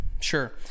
Sure